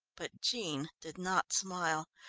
but jean did not smile.